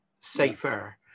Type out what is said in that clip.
safer